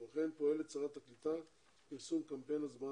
כמו כן פועלת שרת הקליטה לפרסום קמפיין הסברה